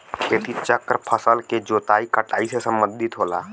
खेती चक्र फसल के जोताई कटाई से सम्बंधित होला